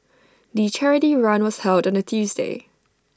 the charity run was held on A Tuesday